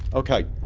okay